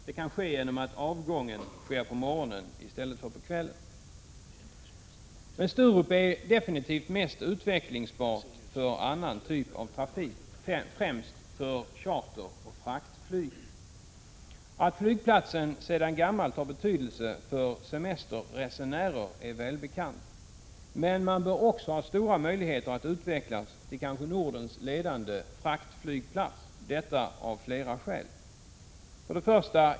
Det kan ske genom att avgången sker på morgonen i stället för på kvällen. Men Sturup är definitivt mest utvecklingsbart för annan typ av trafik, främst för charter och fraktflyg. Att flygplatsen sedan gammalt har betydelse för semesterresenärer är välbekant. Men Sturup bör också ha stora möjligheter att utvecklas till kanske Nordens ledande fraktflygplats. Detta av flera skäl: 1.